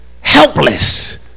helpless